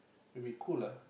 will be cool lah